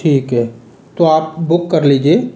ठीक है तो आप बुक कर लीजिये